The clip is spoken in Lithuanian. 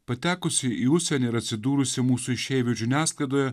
patekusi į užsienį ir atsidūrusi mūsų išeivių žiniasklaidoje